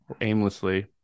aimlessly